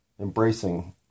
Embracing